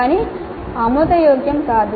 అవి ఆమోదయోగ్యం కాదు